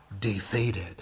Defeated